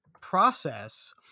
process